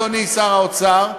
אדוני שר האוצר,